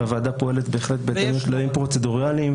והוועדה פועלת בהחלט בהתאם לכללים פרוצדורליים.